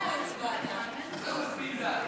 נא להצביע.